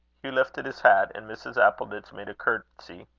hugh lifted his hat, and mrs. appleditch made a courtesy.